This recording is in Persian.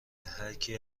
هرکی